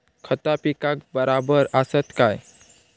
खता पिकाक बराबर आसत काय?